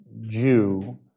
Jew